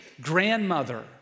grandmother